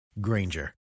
Granger